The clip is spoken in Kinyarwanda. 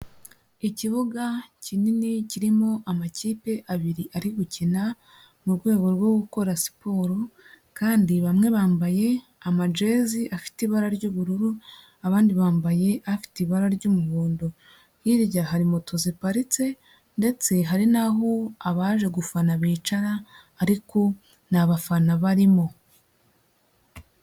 Ikibuga kinini kirimo amakipe abiri ari gukina mu rwego rwo gukora siporo, kandi bamwe bambaye amajezi afite ibara ry'ubururu abandi bambaye afite ibara ry'umuhondo, hirya hari moto ziparitse ndetse hari n'aho abaje gufana bicara ariko nta bafana barimo.